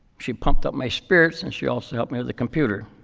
she pumped up my spirits. and she also helped me with the computer.